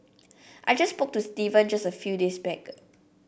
I just spoke to Steven just a few days back